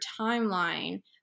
timeline